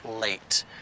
late